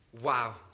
Wow